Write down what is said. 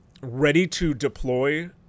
ready-to-deploy